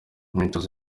imyitozo